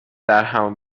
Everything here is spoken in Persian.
درهم